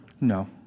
No